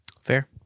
Fair